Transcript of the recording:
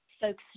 folks